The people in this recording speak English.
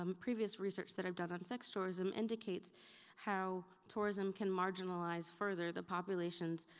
um previous research that i've done on sex tourism indicates how tourism can marginalize further the populations,